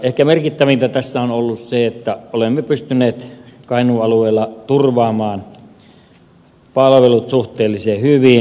ehkä merkittävintä tässä on ollut se että olemme pystyneet kainuun alueella turvaamaan palvelut suhteellisen hyvin